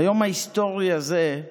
ביום ההיסטורי הזה,